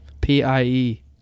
P-I-E